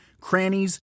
crannies